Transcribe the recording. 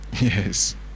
yes